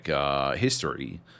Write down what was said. history